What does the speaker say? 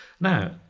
Now